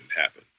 happen